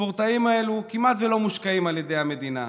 הספורטאים האלה כמעט ולא מושקעים על ידי המדינה.